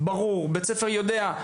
האם בית ספר יודע?